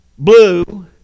blue